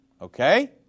Okay